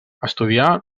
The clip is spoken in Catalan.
estudià